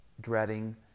dreading